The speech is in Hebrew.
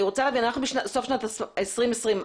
אנחנו בסוף שנת 2020,